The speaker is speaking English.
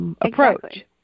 approach